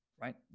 Right